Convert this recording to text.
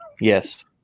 Yes